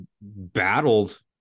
battled